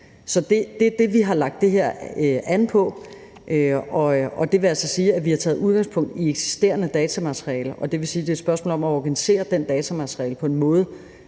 Så det er det, vi har lagt det her an på. Vi har taget udgangspunkt i eksisterende datamateriale, og det vil sige, at det er et spørgsmål om at organisere det datamateriale på en måde,